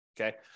okay